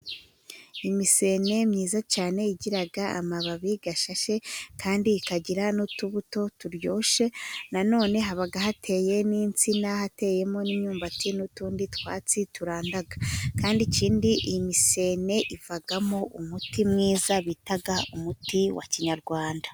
Imisene myiza cyane igira amababi ashashe, kandi ikagira n'utubuto turyoshye. Nanone haba hateye insina, hateyemo n'imyumbati n'utundi twatsi turanda, kandi ikindi iyi misene ivamo umuti mwiza, bita umuti wa kinyarwanda.